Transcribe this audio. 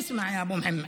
תשמע, יא אבו מוחמד,